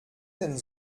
denn